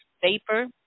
vapor